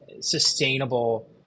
sustainable